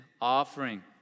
offering